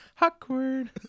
Awkward